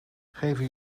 geven